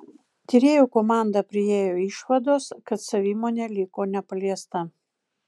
tyrėjų komanda priėjo išvados kad savimonė liko nepaliesta